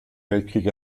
weltkrieg